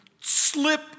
slip